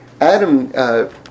Adam